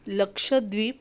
Lakshadweep